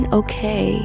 okay